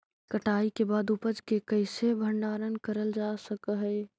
कटाई के बाद उपज के कईसे भंडारण करल जा सक हई?